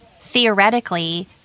theoretically